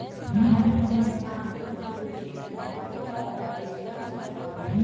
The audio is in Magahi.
भारत के स्थान मुख्य रूप से नगरपालिका वाला देशवन में ही आवा हई